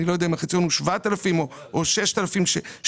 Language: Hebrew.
אני לא יודע אם החציון הוא 7,000 או 6,000 שקלים.